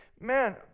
man